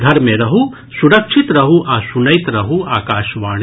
घर मे रहू सुरक्षित रहू आ सुनैत रहू आकाशवाणी